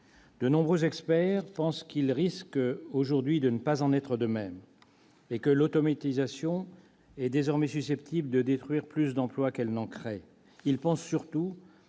De nombreux experts pensent qu'il risque de ne pas en être de même aujourd'hui et que l'automatisation est désormais susceptible de détruire plus d'emplois qu'elle n'en crée. Ils pensent surtout